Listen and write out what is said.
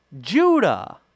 Judah